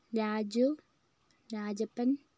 Raju Rajappan